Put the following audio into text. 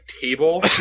table